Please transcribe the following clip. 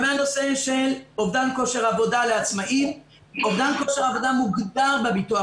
בנושא של אובדן כושר עבודה לעצמאים אובדן כושר עבודה מוגדר בביטוח